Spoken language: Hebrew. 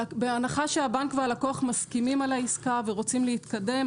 בהנחה שהבנק והלקוח מסכימים על העסקה ורוצים להתקדם,